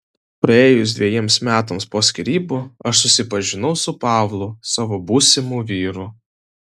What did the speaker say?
praėjus dvejiems metams po skyrybų aš susipažinau su pavlu savo būsimu vyru